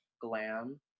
glam